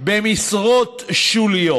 במשרות שוליות.